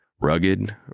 Rugged